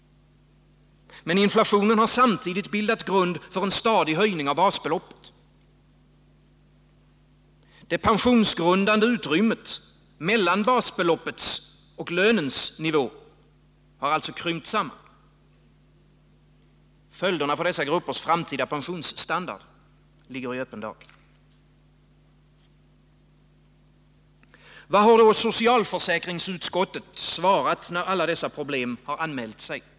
Men inflationen har samtidigt bildat grund för en stadig höjning av basbeloppet. Det pensionsgrundande utrymmet mellan basbeloppets och lönens nivå har alltså krympt samman. Följderna för dessa gruppers framtida pensionsstandard ligger i öppen dag. Vad har då socialförsäkringsutskottet svarat, när alla dessa problem har anmält sig?